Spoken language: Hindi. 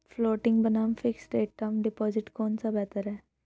फ्लोटिंग बनाम फिक्स्ड रेट टर्म डिपॉजिट कौन सा बेहतर है?